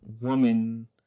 woman